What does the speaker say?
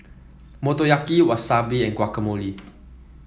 Motoyaki Wasabi and Guacamole